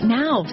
now